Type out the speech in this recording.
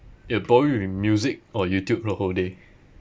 it will probably be music or youtube the whole day